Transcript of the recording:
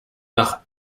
noch